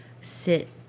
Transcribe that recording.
sit